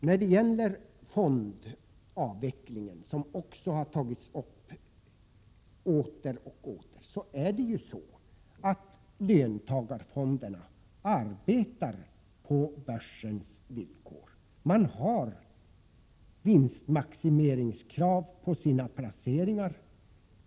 När det gäller frågan om fondavvecklingen som gång efter annan har tagits upp är det ju så, att löntagarfonderna arbetar på börsens villkor. Man har vinstmaximeringskrav på sina placeringar.